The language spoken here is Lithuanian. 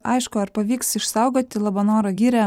aišku ar pavyks išsaugoti labanoro girią